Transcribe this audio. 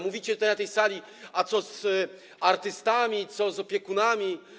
Mówicie na tej sali: A co z artystami, a co z opiekunami?